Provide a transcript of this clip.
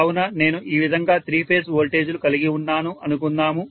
కావున నేను ఈ విధంగా త్రీ ఫేజ్ వోల్టేజీలు కలిగి ఉన్నాను అనుకుందాము